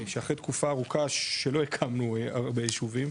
שאחרי תקופה ארוכה שלא הקמנו הרבה ישובים,